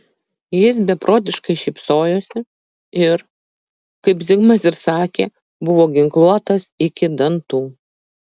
jis beprotiškai šypsojosi ir kaip zigmas ir sakė buvo ginkluotas iki dantų